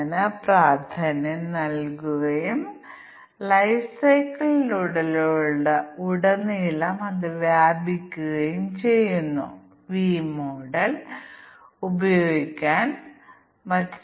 അതുപോലെ ഈ രണ്ടും ഇല്ല ഇത് അതെ ആകുന്നിടത്തോളം കാലം ഇത് ഒരു ഗാർഹികമാണോ അല്ലയോ എന്ന് ഞങ്ങൾ വിഷമിക്കേണ്ടതില്ല